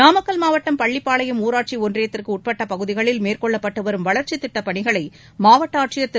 நாமக்கல் மாவட்டம் பள்ளிப்பாளையம் ஊராட்சி ஒன்றியத்திற்கு உட்பட்ட பகதிகளில் மேற்கொள்ளப்பட்டு வரும் வளர்ச்சத் திட்டப் பணிகளை மாவட்ட ஆட்சியர் திரு